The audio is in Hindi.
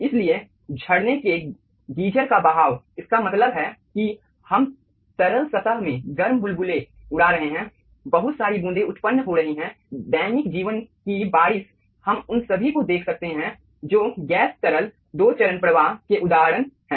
इसलिए झरने के गीजर का बहाव इसका मतलब है कि हम तरल सतह में गर्म बुलबुले उड़ा रहे हैं बहुत सारी बूंदें उत्पन्न हो रही हैं दैनिक जीवन की बारिश हम उन सभी को देख सकते हैं जो गैस तरल दो चरण प्रवाह के उदाहरण हैं